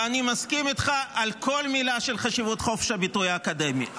ואני מסכים איתך על כל מילה על חשיבות חופש הביטוי האקדמי,